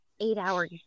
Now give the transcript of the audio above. eight-hour